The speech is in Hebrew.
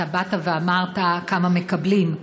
אתה באת ואמרת כמה מקבלים,